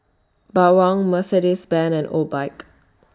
Bawang Mercedes Benz and Obike